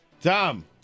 Tom